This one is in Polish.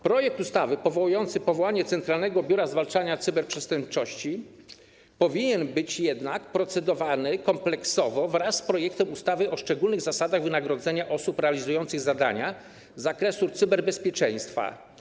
Projekt ustawy powołujący Centralne Biuro Zwalczania Cyberprzestępczości powinien być jednak procedowany kompleksowo wraz z projektem ustawy o szczególnych zasadach wynagrodzenia osób realizujących zadania z zakresu cyberbezpieczeństwa.